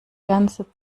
ganze